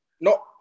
No